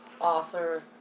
author